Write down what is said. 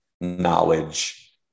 knowledge